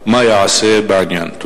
3. מה ייעשה בעניין?